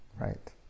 Right